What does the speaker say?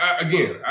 Again